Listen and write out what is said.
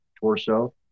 Torso